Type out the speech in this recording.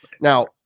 Now